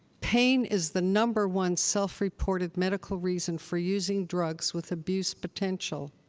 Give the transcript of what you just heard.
pain is the number one self-reported medical reason for using drugs with abuse potential.